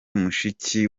mushiki